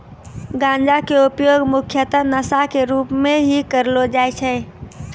गांजा के उपयोग मुख्यतः नशा के रूप में हीं करलो जाय छै